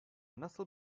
nasıl